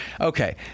Okay